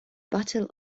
battle